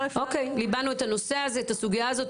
אוקיי, ליבנו את הסוגיה הזאת.